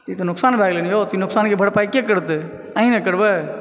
ई तऽ नुक़सान भए गेलै ने यौ ई नुक़सान के भरपाई के करतै अहीं ने करबै